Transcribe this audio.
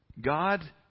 God